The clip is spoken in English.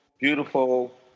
beautiful